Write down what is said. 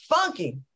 Funky